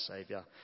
Saviour